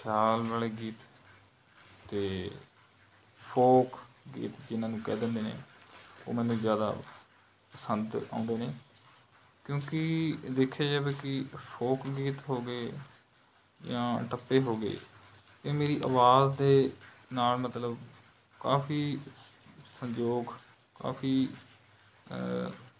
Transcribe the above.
ਖਿਆਲ ਵਾਲੇ ਗੀਤ ਅਤੇ ਫੋਕ ਗੀਤ ਜਿਨ੍ਹਾਂ ਨੂੰ ਕਹਿ ਦਿੰਦੇ ਨੇ ਉਹ ਮੈਨੂੰ ਜ਼ਿਆਦਾ ਪਸੰਦ ਆਉਂਦੇ ਨੇ ਕਿਉਂਕਿ ਦੇਖਿਆ ਜਾਵੇ ਕਿ ਫੋਕ ਗੀਤ ਹੋ ਗਏ ਜਾਂ ਟੱਪੇ ਹੋ ਗਏ ਇਹ ਮੇਰੀ ਆਵਾਜ਼ ਦੇ ਨਾਲ ਮਤਲਬ ਕਾਫੀ ਸੰਯੋਗ ਕਾਫੀ